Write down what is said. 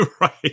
Right